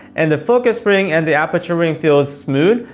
and the focus ring and the aperture ring feels smooth.